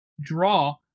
draw